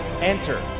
enter